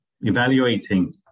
evaluating